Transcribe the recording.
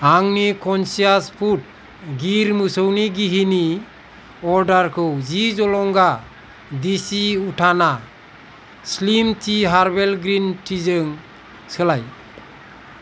आंनि कन्सियास फुद गिर मोसौनि गिहिनि अर्डारखौ जि जलंगा देसि उथाना slim tea herbal green tea जों सोलाय